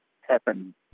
happen